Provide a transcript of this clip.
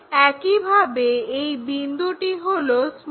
একইভাবে এই বিন্দুটি হলো q